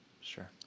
Sure